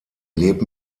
lebt